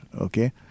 okay